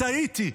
"טעיתי",